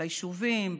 ביישובים,